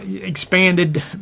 expanded